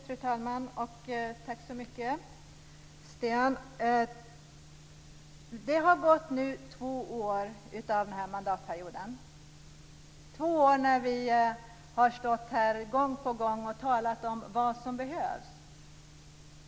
Fru talman! Nu har två år av den här mandatperioden gått - två år då vi gång på gång har stått här i talarstolen och talat om vad som behövs.